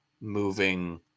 moving